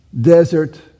desert